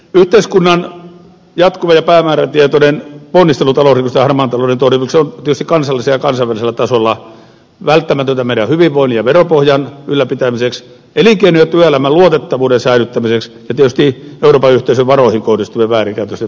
yhteiskunnan jatkuva ja päämäärätietoinen ponnistelu talousrikosten ja harmaan talouden torjumiseksi on tietysti kansallisella ja kansainvälisellä tasolla välttämätöntä meidän hyvinvointimme ja veropohjamme ylläpitämiseksi elinkeinon ja työelämän luotettavuuden säilyttämiseksi ja tietysti euroopan unionin varoihin kohdistuvien väärinkäytösten torjumiseksi